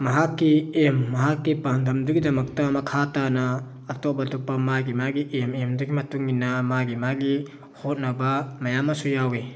ꯃꯍꯥꯛꯀꯤ ꯑꯦꯝ ꯃꯍꯥꯛꯀꯤ ꯄꯥꯟꯗꯝ ꯗꯨꯒꯤꯗꯃꯛꯇ ꯃꯈꯥ ꯇꯥꯥꯅ ꯑꯇꯣꯞ ꯑꯇꯣꯞꯄ ꯃꯥꯒꯤ ꯃꯥꯒꯤ ꯑꯦꯝ ꯑꯦꯝꯗꯨꯒꯤ ꯃꯇꯨꯡ ꯏꯟꯅ ꯃꯥꯒꯤ ꯃꯥꯒꯤ ꯍꯣꯠꯅꯕ ꯃꯌꯥꯝ ꯑꯝꯁꯨ ꯌꯥꯎꯋꯤ